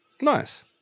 Nice